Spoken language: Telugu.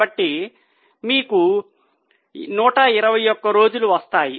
కాబట్టి మీకు 121 రోజులు వస్తాయి